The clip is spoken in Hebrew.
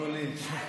להעביר,